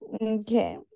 Okay